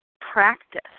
practice